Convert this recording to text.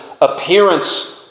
appearance